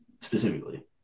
specifically